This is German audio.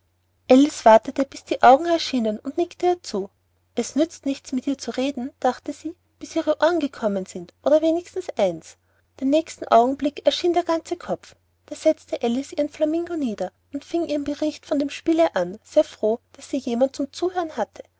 wartete bis die augen erschienen und nickte ihr zu es nützt nichts mit ihr zu reden dachte sie bis ihre ohren gekommen sind oder wenigstens eins den nächsten augenblick erschien der ganze kopf da setzte alice ihren flamingo nieder und fing ihren bericht von dem spiele an sehr froh daß sie jemand zum zuhören hatte